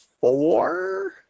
four